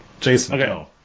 Jason